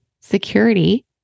security